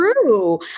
true